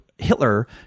hitler